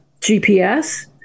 gps